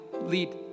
lead